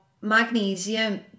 magnesium